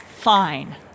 Fine